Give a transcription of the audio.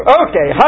okay